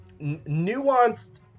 nuanced